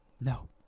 no